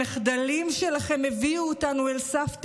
המחדלים שלכם הביאו אותנו אל סף תהום.